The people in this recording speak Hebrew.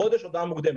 חודש הודעה מוקדמת.